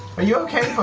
are you okay,